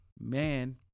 Man